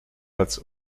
als